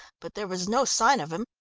but there was no sign of him,